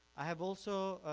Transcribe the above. i have also,